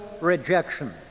rejection